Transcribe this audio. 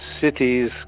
cities